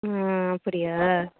ம் அப்படியா